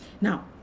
Now